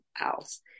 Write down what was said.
else